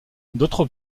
d’autre